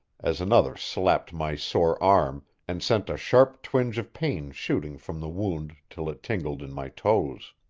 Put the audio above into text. as another slapped my sore arm and sent a sharp twinge of pain shooting from the wound till it tingled in my toes.